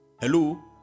Hello